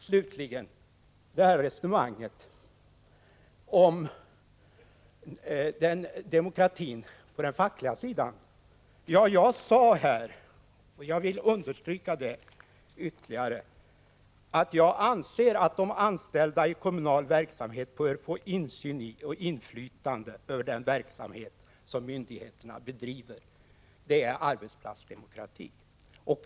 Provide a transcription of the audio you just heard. Slutligen har vi resonemanget om demokratin på den fackliga sidan. Jag sade här att — det vill jag ytterligare understryka — jag anser att de anställda i kommunal verksamhet bör få insyn i och inflytande över den verksamhet som myndigheterna bedriver. Det är arbetsplatsdemokrati.